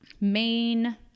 main